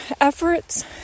efforts